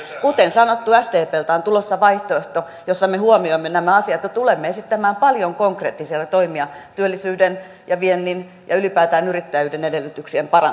kuten sanottu sdpltä on tulossa vaihtoehto jossa me huomioimme nämä asiat ja tulemme esittämään paljon konkreettisia toimia työllisyyden ja viennin ja ylipäätään yrittäjyyden edellytyksien parantamiseksi